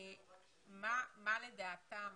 מה לדעתם